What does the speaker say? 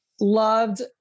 Loved